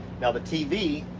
now the tv.